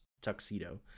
tuxedo